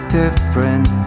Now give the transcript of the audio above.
different